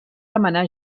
demanar